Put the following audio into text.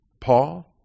Paul